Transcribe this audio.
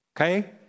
Okay